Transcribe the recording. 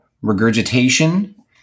regurgitation